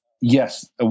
Yes